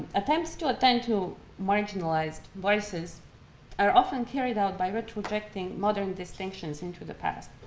attempts to attend to marginalized voices are often carried out by retrojecting modern distinctions into the past.